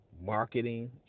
marketing